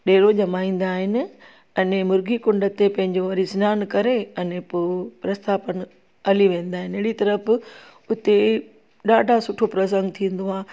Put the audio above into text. डेरो ॼमाईंदा आहिनि अने मुर्गी कुण्ड ते पंहिंजो वरी सिनानु करे अने पोइ रस्ता पंधु हली वेंदा आहिनि अहिड़ी तरह बि उते ॾाढा सुठो प्रसंग थींदो आहे